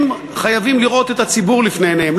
הם חייבים לראות את הציבור לפני עיניהם,